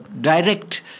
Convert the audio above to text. direct